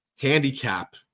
handicap